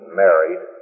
married